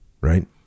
right